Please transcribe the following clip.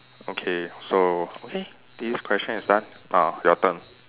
okay so okay this question is done ah your turn